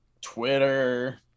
Twitter